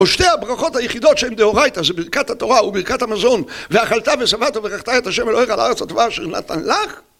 או שתי הברכות היחידות שהן דאורייתא, זה ברכת התורה וברכת המזון ואכלתה ושבעת וברכתה את השם אלוהיך על הארץ הטובה אשר נתן לך?